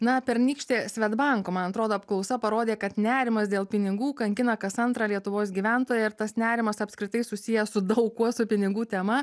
na pernykštė svedbanko man atrodo apklausa parodė kad nerimas dėl pinigų kankina kas antrą lietuvos gyventoją ir tas nerimas apskritai susijęs su daug kuo su pinigų tema